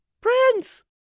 Prince